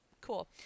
cool